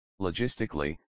logistically